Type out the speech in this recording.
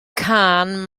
cân